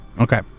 Okay